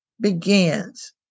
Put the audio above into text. begins